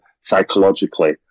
psychologically